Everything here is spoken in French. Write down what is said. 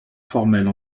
formelle